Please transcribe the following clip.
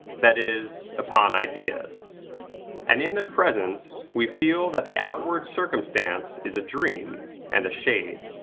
that is, upon ideas and in their presence, we feel that the outward circumstance is a dream and a shade.